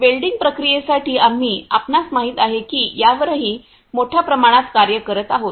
welding प्रक्रियेसाठी आम्ही आपणास माहित आहे की यावरही मोठ्या प्रमाणात कार्य करत आहोत